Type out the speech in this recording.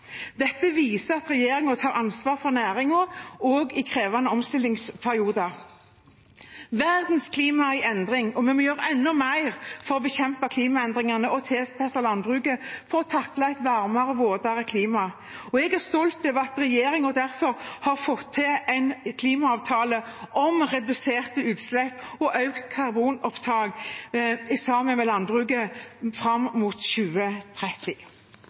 Dette viser at regjeringen tar ansvar for næringen også i krevende omstillingsperioder. Verdens klima er i endring, og vi må gjøre enda mer for å bekjempe klimaendringene og tilpasse landbruket for å takle et varmere, våtere klima. Jeg er stolt over at regjeringen derfor har fått til en klimaavtale om reduserte utslipp og økt karbonopptak sammen med landbruket fram mot 2030.